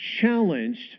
challenged